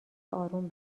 اروم